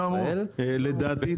לדעתי,